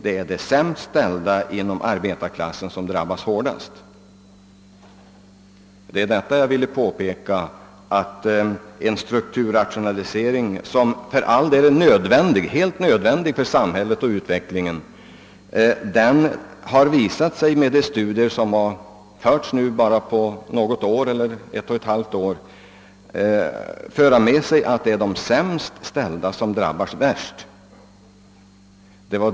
Det är de sämst ställda inom arbetarklassen som drabbas hårdast.» Det är detta jag vill påpeka, att en strukturrationalisering, som för all del är helt nödvändig för samhället och utvecklingen, enligt de studier som bedrivits under något år visar sig ha drabbat de sämst ställda värst.